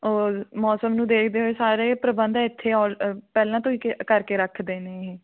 ਔਰ ਮੌਸਮ ਨੂੰ ਦੇਖਦੇ ਹੋਏ ਸਾਰੇ ਪ੍ਰਬੰਧ ਇੱਥੇ ਔਲ ਪਹਿਲਾਂ ਤੋਂ ਹੀ ਕ ਕਰਕੇ ਰੱਖਦੇ ਨੇ ਇਹ